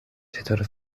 چطوره